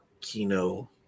Kino